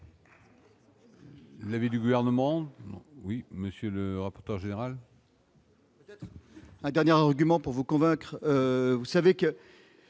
L'avis du gouvernement, oui, monsieur le rapporteur général. Ah dernière argument pour vous convaincre, vous savez que